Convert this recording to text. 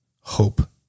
hope